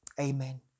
Amen